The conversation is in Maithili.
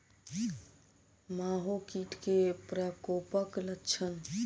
माहो कीट केँ प्रकोपक लक्षण?